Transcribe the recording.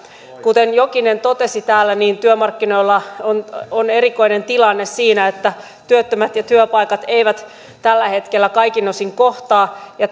kuten jokinen totesi täällä työmarkkinoilla on on erikoinen tilanne siinä että työttömät ja työpaikat eivät tällä hetkellä kaikin osin kohtaa ja